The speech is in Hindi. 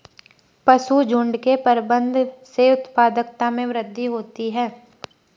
पशुझुण्ड के प्रबंधन से उत्पादकता में वृद्धि होती है